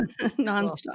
nonstop